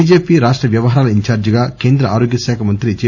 BJP రాష్ట వ్యహారాల ఇన్ధార్జిగా కేంద్ర ఆరోగ్య శాఖ మంత్రి జె